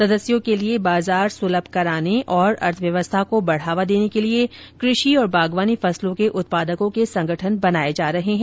सदस्यों के लिए बाजार सुलभ कराने तथा अर्थव्यवस्था को बढावा देने के लिए कृषि और बागवानी फसलों के उत्पादकों के संगठन बनाये जा रहे हैं